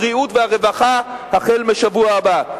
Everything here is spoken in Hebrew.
הבריאות והרווחה החל מהשבוע הבא.